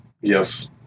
Yes